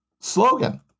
slogan